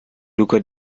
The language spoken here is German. luca